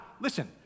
Listen